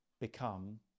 become